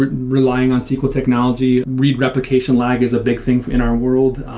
relying on sql technology, read replication lag is a big thing in our world.